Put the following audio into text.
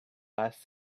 last